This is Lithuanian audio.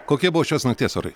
kokie buvo šios nakties orai